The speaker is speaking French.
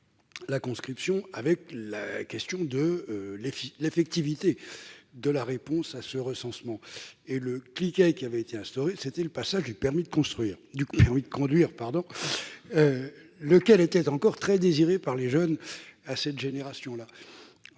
se posait alors la question de l'effectivité de la réponse à ce recensement. Le cliquet instauré a été le passage du permis de conduire, lequel était encore très désiré par les jeunes de cette génération.